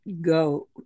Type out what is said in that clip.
go